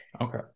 Okay